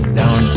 down